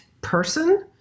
person